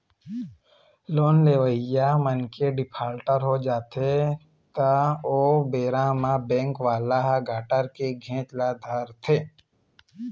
loan लेवइया मनखे defaulter हो जाथे त ओ बेरा म बेंक वाले ह गारंटर के घेंच ल धरथे